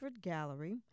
gallery